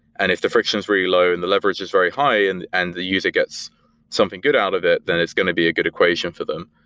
and if the friction is really low and the leverage is very high and and the user gets something good out of it, then it's going to be a good equation for them.